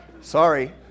Sorry